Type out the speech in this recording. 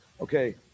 Okay